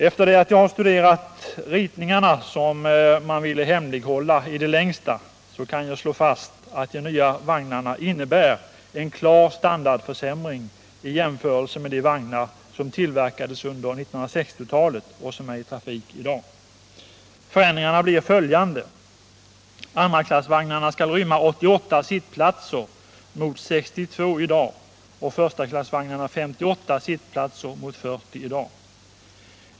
Efter att ha studerat ritningarna, som man ville hemlighålla i det längsta, kan jag slå fast att de nya vagnarna innebär en klar standardförsämring i jämförelse med de vagnar som tillverkades under 1960-talet och som är i trafik i dag. Förändringarna är följande: För det första skall andraklassvagnarna rymma 88 sittplatser mot 62 i dag och förstaklassvagnarna 58 sittplatser mot 40 i dag.